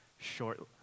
short